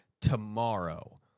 tomorrow